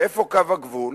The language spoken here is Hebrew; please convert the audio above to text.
ואיפה קו הגבול?